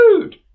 Food